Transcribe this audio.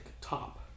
top